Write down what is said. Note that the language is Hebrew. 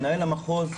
מנהל המחוז,